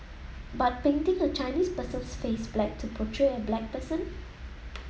but painting a Chinese person's face black to portray a black person